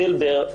זילבר,